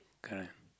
correct